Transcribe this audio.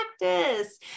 practice